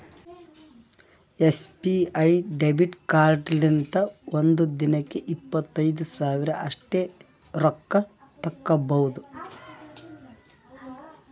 SBI debit ಕಾರ್ಡ್ಲಿಂತ ಒಂದ್ ದಿನಕ್ಕ ಇಪ್ಪತ್ತೈದು ಸಾವಿರ ಅಷ್ಟೇ ರೊಕ್ಕಾ ತಕ್ಕೊಭೌದು